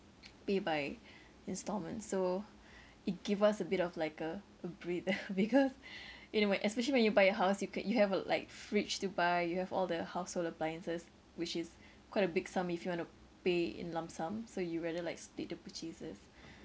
pay by instalments so it give us a bit of like a a breather because you know when especially when you buy a house you could you have a like fridge to buy you have all the household appliances which is quite a big sum if you want to pay in lump sum so you rather like split the purchases